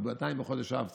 בינתיים אנחנו בחודש אב,